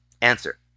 Answer